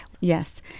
Yes